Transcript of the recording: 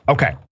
Okay